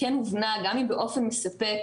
כן הובנה גם אם באופן לא מספק